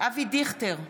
אבי דיכטר,